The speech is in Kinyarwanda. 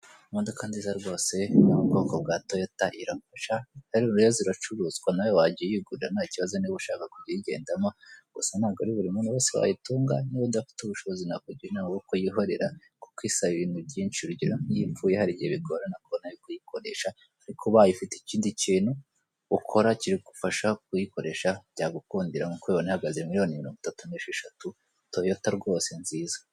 Aha haramamazwa imodoka iri mu bwoko bwa yundayi, kandi iyi modoka ikaba ifite ibara rya giri, aha hari uturango tw'urukiramende twanditsemo amagambo yo mu cyongereza ako hejuru karimo amagambo ari m'ibara ry'umukara usigirije, akandi karimo amagambo ari mu ibara ry'umweru ariko ari mu gakiramende k'ubururu, biragaragara ko iyi modoka iri kwamamazwa iri k'isoko.